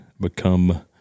become